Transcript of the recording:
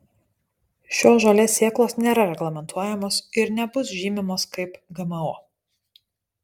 šios žolės sėklos nėra reglamentuojamos ir nebus žymimos kaip gmo